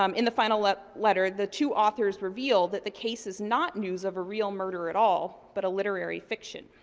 um in the final letter, the two authors revealed that the case is not news of a real murder at all, but a literary fiction.